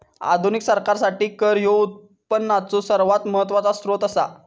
आधुनिक सरकारासाठी कर ह्यो उत्पनाचो सर्वात महत्वाचो सोत्र असा